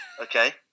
Okay